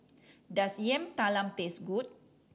does Yam Talam taste good